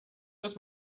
dass